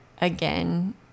again